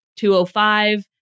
2.05